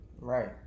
Right